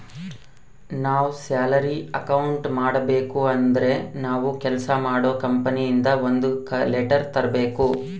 ನಾವ್ salary account ಮಾಡಬೇಕು ಅಂದ್ರೆ ನಾವು ಕೆಲ್ಸ ಮಾಡೋ ಕಂಪನಿ ಇಂದ ಒಂದ್ ಲೆಟರ್ ತರ್ಬೇಕು